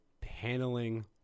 paneling